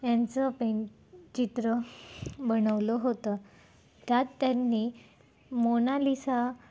यांचं पें चित्र बनवलं होतं त्यात त्यांनी मोनालिसा